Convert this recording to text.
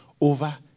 over